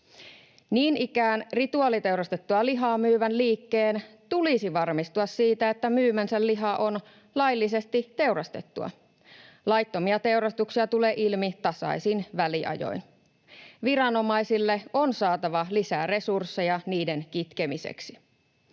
Niin ikään rituaaliteurastettua lihaa myyvän liikkeen tulisi varmistua siitä, että myymänsä liha on laillisesti teurastettua. Laittomia teurastuksia tulee ilmi tasaisin väliajoin. Viranomaisille on saatava lisää resursseja niiden kitkemiseksi.